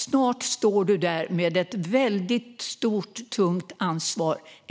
Snart står du där ensam med ett väldigt stort, tungt ansvar.